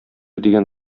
дигән